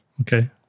Okay